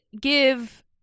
give